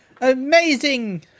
amazing